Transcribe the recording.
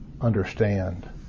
understand